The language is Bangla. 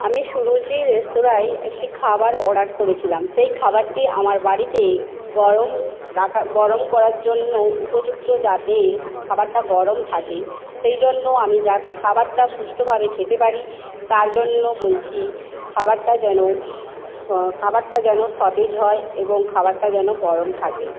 আমি সুরুচি রেস্তোরাঁয় একটি খাবার অর্ডার করেছিলাম সেই খাবারটি আমার বাড়িতে গরম রাখার গরম করার জন্য উপযুক্ত যাতে খাবারটা গরম থাকে সেই জন্য আমি যাতে খাবারটা সুষ্ঠুভাবে খেতে পারি তার জন্য বলছি খাবারটা যেন খাবারটা যেন সতেজ হয় এবং খাবারটা যেন গরম থাকে